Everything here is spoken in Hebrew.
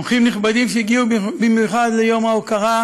אורחים נכבדים שהגיעו במיוחד ליום ההוקרה,